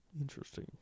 interesting